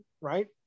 right